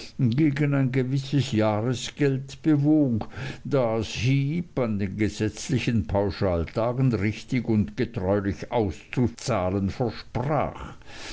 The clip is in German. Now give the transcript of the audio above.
gegen ein gewisses jahresgeld bewog das heep an den gesetzlichen pauschaltagen richtig und getreulich auszuzahlen versprach